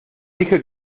dije